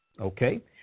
Okay